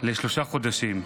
לשלושה חודשים.